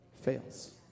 fails